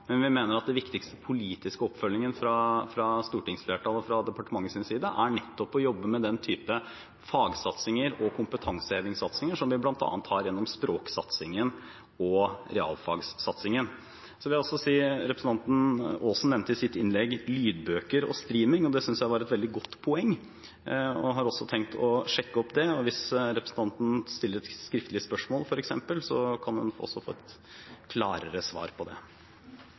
men vi mener at den viktigste politiske oppfølgingen fra stortingsflertallet og fra departementets side nettopp er å jobbe med den typen fagsatsinger og kompetansehevingssatsinger som vi bl.a. har gjennom språksatsingen og realfagssatsingen. I sitt innlegg nevnte representanten Aasen lydbøker og streaming. Det syntes jeg var et veldig godt poeng, og jeg har også tenkt å sjekke det. Hvis representanten f.eks. stiller et skriftlig spørsmål, kan hun også få et klarere svar på det.